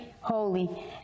holy